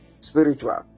spiritual